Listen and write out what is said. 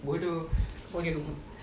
bodoh